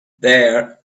there